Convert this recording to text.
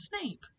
Snape